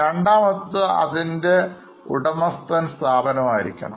രണ്ടാമത്തേത്അതിൻറെ ഉടമസ്ഥൻ ഉണ്ടായിരിക്കണം